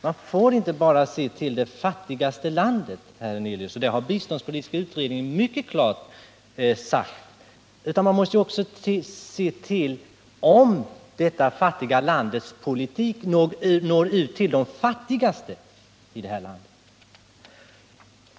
Som den biståndspolitiska utredningen mycket klart har sagt får man inte bara ta hänsyn till vilket som är det fattigaste landet, utan man måste också undersöka om det fattigaste landets politik når ut till de fattigaste i det landet.